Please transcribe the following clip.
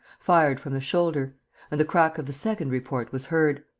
fired from the shoulder and the crack of the second report was heard.